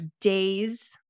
day's